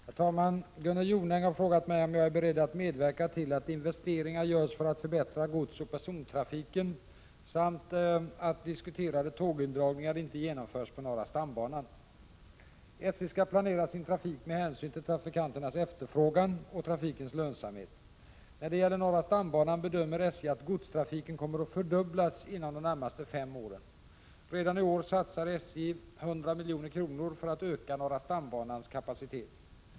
Herr talman! Gunnel Jonäng har frågat mig om jag är beredd att medverka till att investeringar görs för att förbättra godsoch persontrafiken samt att diskuterade tågindragningar inte genomförs på norra stambanan. SJ skall planera sin trafik med hänsyn till trafikanternas efterfrågan och trafikens lönsamhet. När det gäller norra stambanan bedömer SJ att godstrafiken kommer att fördubblas inom de närmaste fem åren. Redan i år satsar SJ 100 milj.kr. för att öka norra stambanans kapacitet.